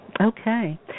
Okay